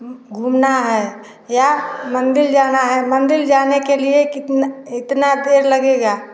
घूमना है या मंदिर जाना है मंदिर जाने के लिए कितना इतना देर लगेगा